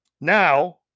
Now